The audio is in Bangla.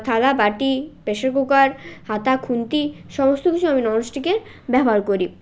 থালা বাটি প্রেশার কুকার হাতা খুন্তি সমস্ত কিছু আমি ননস্টিকের ব্যবহার করি